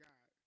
God